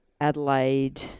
Adelaide